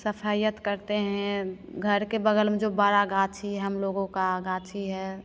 सफ़ैयत करते हैं घर के बगल में जो बाड़ा गाछी है हमलोगों का गाछी है